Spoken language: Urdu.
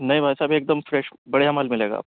نہیں بھائی صاحب ایک دم فریش بڑھیا مال ملے گا آپ کو